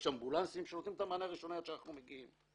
יש אמבולנסים שנותנים את המענה הראשוני עד שאנחנו מגיעים.